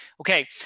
Okay